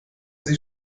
sie